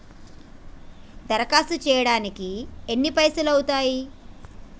దరఖాస్తు చేయడానికి ఎన్ని పైసలు అవుతయీ?